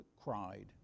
cried